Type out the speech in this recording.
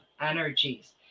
energies